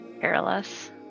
careless